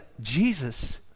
Jesus